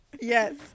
Yes